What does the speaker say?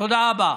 תודה רבה.